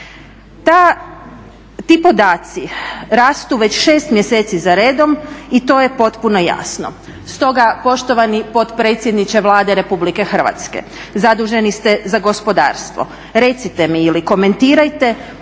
Ti podaci rastu već 6 mjeseci za redom i to je potpuno jasno, stoga poštovani potpredsjedniče Vlade Republike Hrvatske zaduženi ste za gospodarstvo recite mi ili komentirajte